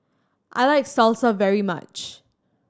I like Salsa very much